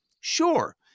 Sure